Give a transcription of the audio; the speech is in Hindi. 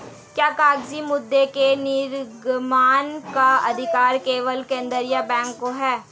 क्या कागजी मुद्रा के निर्गमन का अधिकार केवल केंद्रीय बैंक को है?